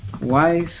Wife